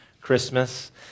Christmas